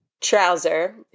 Trouser